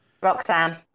roxanne